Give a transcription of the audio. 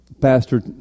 pastor